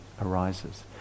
arises